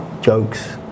jokes